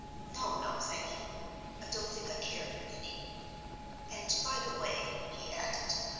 no, no, thank you i don't think i care for any and, by the way, he added,